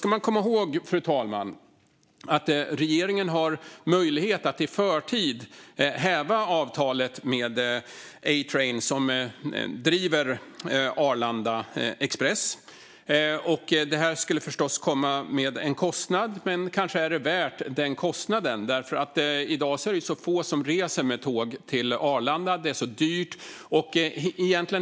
Man ska komma ihåg att regeringen har möjlighet att i förtid häva avtalet med A-Train som driver Arlanda Express. Det skulle förstås komma med en kostnad, men kanske skulle det vara värt den kostnaden därför att det i dag är få som reser med tåg till Arlanda för att det är så dyrt.